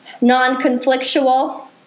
non-conflictual